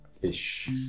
Fish